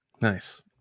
Nice